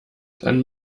dann